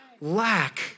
lack